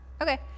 Okay